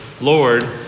Lord